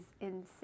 insane